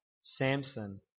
Samson